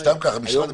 סתם ככה, משרד המשפטים,